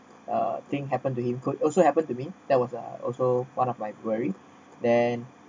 uh thing happened to him could also happen to me that was uh also one of my worry then